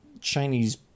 Chinese